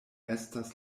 estas